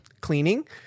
cleaning